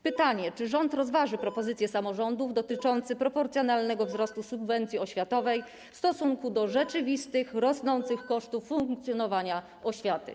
Pytanie: Czy rząd rozważy propozycję samorządów dotyczącą proporcjonalnego wzrostu subwencji oświatowej w stosunku do rzeczywistych, rosnących kosztów funkcjonowania oświaty?